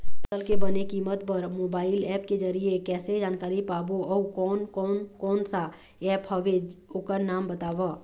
फसल के बने कीमत बर मोबाइल ऐप के जरिए कैसे जानकारी पाबो अउ कोन कौन कोन सा ऐप हवे ओकर नाम बताव?